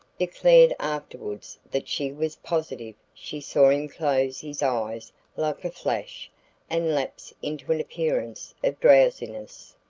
declared afterwards that she was positive she saw him close his eyes like a flash and lapse into an appearance of drowsiness,